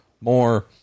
more